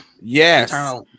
Yes